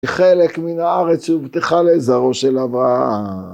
חלק מן הארץ הובטחה לזרעו של אברהם